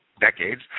decades